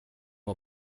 var